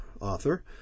author